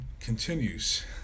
continues